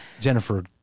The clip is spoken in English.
Jennifer